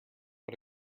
but